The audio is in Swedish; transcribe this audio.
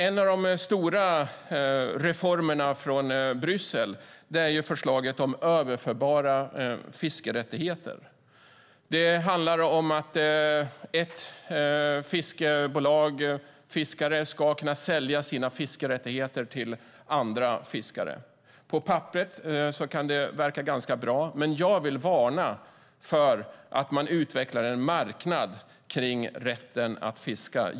En av de stora reformerna från Bryssel är förslaget om överförbara fiskerättigheter. Det handlar om att en fiskare ska kunna sälja sina fiskerättigheter till andra fiskare. Det kan verka ganska bra på papperet, men jag vill varna för att man utvecklar en marknad kring rätten att fiska.